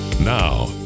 Now